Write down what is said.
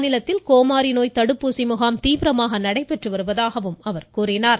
மாநிலத்தில் கோமாரி நோய் தடுப்பூசி முகாம் தீவிர நடைபெற்று வருவதாக கூறினார்